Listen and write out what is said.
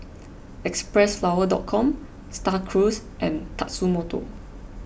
Xpressflower Com Star Cruise and Tatsumoto